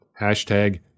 Hashtag